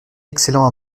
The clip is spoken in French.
excellent